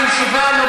בישיבה,